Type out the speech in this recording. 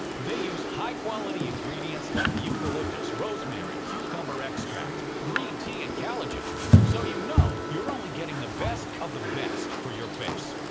they use high quality ingredients like eucalyptus, rosemary, cucumber extract, green tea, and collagen so you know you're only getting the best of the best for your face.